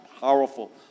powerful